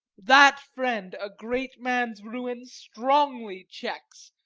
that friend a great man's ruin strongly checks,